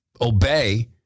obey